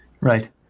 Right